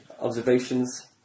Observations